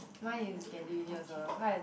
mine is get into uni also cause i